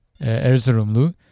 Erzurumlu